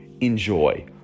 Enjoy